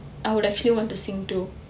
I would actually want to sing too